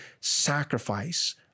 sacrifice